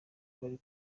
bari